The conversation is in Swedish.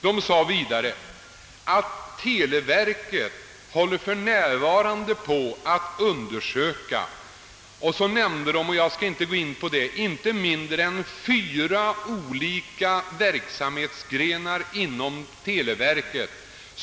De sade att televerket håller på med en undersökning om möjligheterna att decentralisera, och därvid nämndes inte mindre än fyra olika verksamhetsgrenar inom verket.